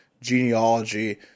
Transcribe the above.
genealogy